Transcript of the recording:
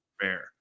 fair